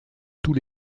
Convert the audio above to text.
tous